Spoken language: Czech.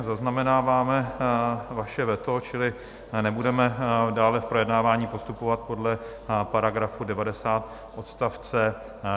Zaznamenáváme vaše veto, čili nebudeme dále v projednávání postupovat podle § 90 odst.